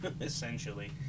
essentially